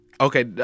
Okay